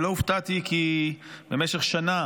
ולא הופתעתי, כי במשך שנה